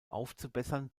aufzubessern